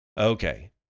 Okay